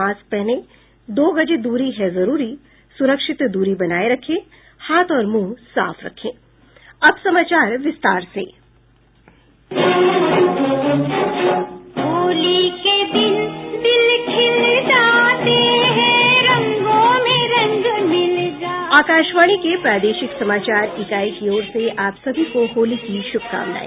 mask पहनें दो गज दूरी है जरूरी सुरक्षित दूरी बनाये रखें हाथ और मुंह साफ रखें अब समाचार विस्तार से आकाशवाणी के प्रादेशिक समाचार इकाई की ओर से आप सभी को होली की शुभकामनाएं